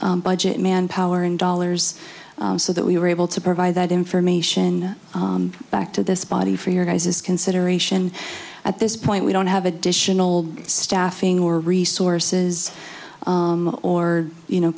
budget manpower and dollars so that we were able to provide that information back to this body for your guys this consideration at this point we don't have additional staffing or resources or you know